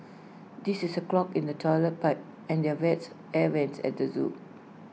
this is A clog in the Toilet Pipe and the vents air Vents at the Zoo